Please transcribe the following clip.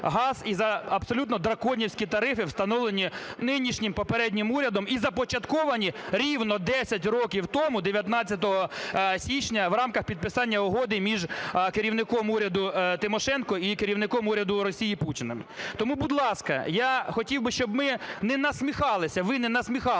газ і за абсолютно драконівські тарифи, встановлені нинішнім, попереднім урядом і започатковані рівно 10 років тому 19 січня у рамках підписання Угоди між керівником уряду Тимошенко і керівником уряду Росії Путіним. Тому, будь ласка, я хотів би, щоб ми не насміхалися, ви не насміхалися